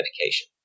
medication